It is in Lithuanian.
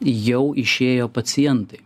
jau išėjo pacientai